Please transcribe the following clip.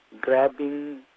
grabbing